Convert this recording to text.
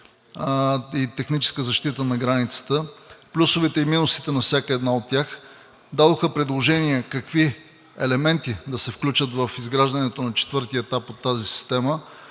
и техническа защита на границата, плюсовете и минусите на всяка една от тях, дадоха предложения какви елементи да се включат в изграждането на четвъртия етап от тази система.